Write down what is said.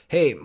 Hey